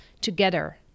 together